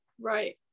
Right